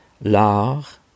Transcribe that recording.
L'art